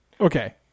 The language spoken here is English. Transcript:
Okay